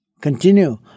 continue